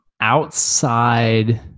outside